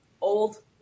old